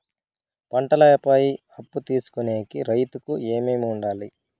పంటల పై అప్పు తీసుకొనేకి రైతుకు ఏమేమి వుండాలి?